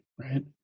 right